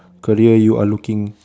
career you are looking